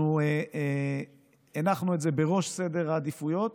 אנחנו הנחנו את זה בראש סדר העדיפויות.